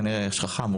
כנראה איש חכם,